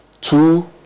two